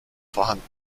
vorhanden